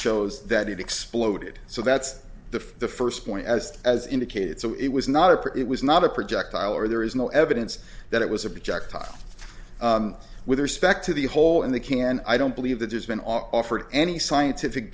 shows that it exploded so that's the first point as as indicated so it was not a part it was not a projectile or there is no evidence that it was a projectile with respect to the hole in the can i don't believe that there's been offered any scientific